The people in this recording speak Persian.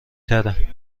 تره